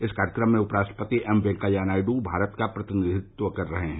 इस कार्यक्रम में उपराष्ट्रपति एम वेंकैया नायडू भारत का प्रतिनिधित्व कर रहे हैं